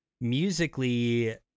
musically